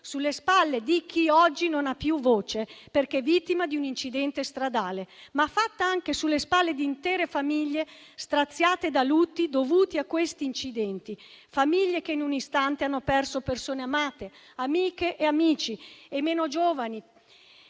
sulle spalle di chi oggi non ha più voce, perché vittima di un incidente stradale, ma fatta anche sulle spalle di intere famiglie straziate da lutti dovuti a questi incidenti, famiglie che in un istante hanno perso persone amate, amiche e amici, giovani